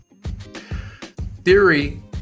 Theory